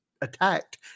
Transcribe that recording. attacked